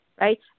right